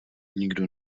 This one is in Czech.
nikdo